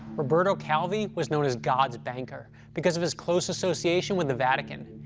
roberto calvi was known as god's banker because of his close association with the vatican.